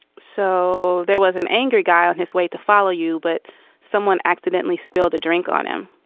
so there was an angry guy on his way to follow you, but someone accidentally spilled a drink on him.